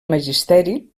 magisteri